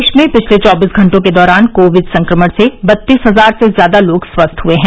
देश में पिछले चौबीस घंटों के दौरान कोविड संक्रमण से बत्तीस हजार से ज्यादा लोग स्वस्थ हुए हैं